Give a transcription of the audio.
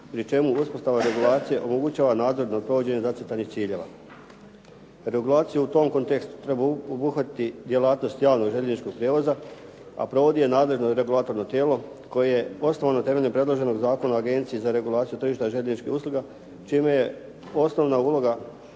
pri čemu uspostava regulacije omogućava nadzor nad provođenjem zacrtanih ciljeva. Regulacija u tom kontekstu treba obuhvatiti djelatnost javnog željezničkog prijevoza a provodi je nadležno regulatorno tijelo koje je osnovano temeljem predloženog Zakona o Agenciji za regulaciju tržišta željezničkih usluga čija je osnovna uloga